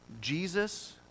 Jesus